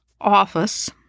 office